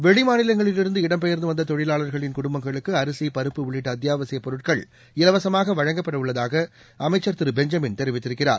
வெளிமாநிலங்களில் இருந்து இடம்பெயர்ந்து வந்த தொழிலாளர்களின் குடும்பங்களுக்கு அரிசி பருப்பு உள்ளிட்ட அத்தியாவசியப் பொருட்கள் இலவசமாக வழங்கப்பட உள்ளதாக அமைச்சா் பெஞ்சமின் தெரிவித்திருக்கிறார்